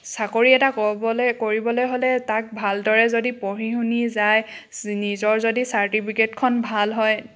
চাকৰি এটা কবলে কৰিবলৈ হ'লে তাক ভালদৰে যদি পঢ়ি শুনি যায় নিজৰ যদি চাৰ্টিফিকেটখন ভাল হয়